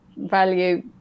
Value